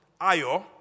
Ayo